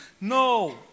No